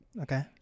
Okay